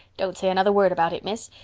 don't say another word about it, miss.